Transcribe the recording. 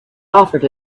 offered